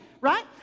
right